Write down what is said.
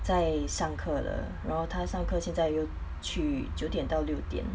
在上课了然后他上课现在又去九点到六点